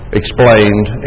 explained